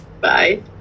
Bye